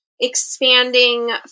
expanding